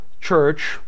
church